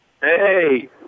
Hey